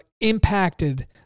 impacted